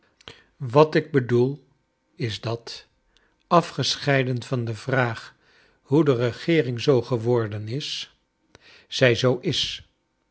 wat ik bedoel is dat afgescheiden van de vraag hoe de regeering zoo gewordcn is zij zoo i